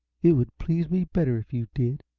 it would please me better if you did.